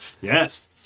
Yes